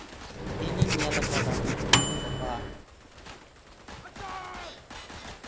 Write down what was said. ᱤᱧᱤᱧ ᱧᱮᱞ ᱟᱠᱟᱫᱟ ᱚᱠᱟ